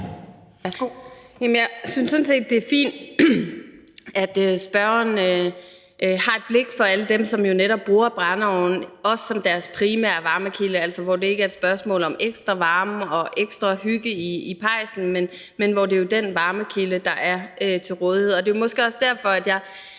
Jeg synes sådan set, det er fint, at spørgeren har et blik for alle dem, som jo netop bruger brændeovne også som deres primære varmekilde, altså hvor det ikke er et spørgsmål om ekstra varme og ekstra hygge i pejsen, men hvor det er den varmekilde, der er til rådighed. Det er måske også derfor, at jeg